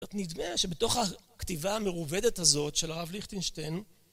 נדמה שבתוך הכתיבה המרובדת הזאת של הרב ליכטנשטיין